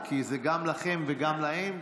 כי זה גם לכם וגם להם.